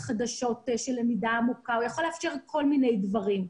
חדשות של למידה עמוקה ועוד כל מיני דברים.